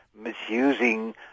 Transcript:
misusing